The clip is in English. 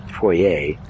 foyer